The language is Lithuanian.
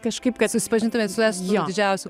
kažkaip kad susipažintumėt su didžiausiu